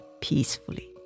peacefully